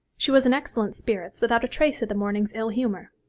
she was in excellent spirits, without a trace of the morning's ill-humour.